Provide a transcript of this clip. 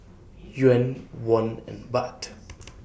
Yuan Won and Baht